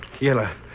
Yellow